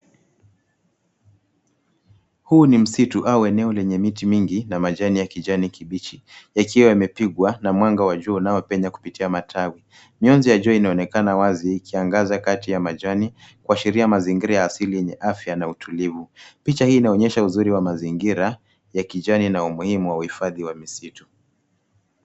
Huu ni msitu au eneo lenye miti mingi na majani ya kijani kibichi yakiwa yamepigwa na mwanga wa jua unaopenya kupitia matawi. Miozi ya jua inaonekana wazi ikiangaza kati ya majani kuashiria mazingira ya asili yenye afya na utulivu. Picha hii inaonyesha uzuri wa mazingira ya kijani na umuhimu wa uhifadhi wa misitu.